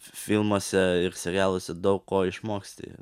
filmuose ir serialuose daug ko išmoksti